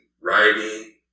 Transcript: writing